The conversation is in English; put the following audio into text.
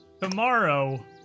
Tomorrow